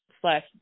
slash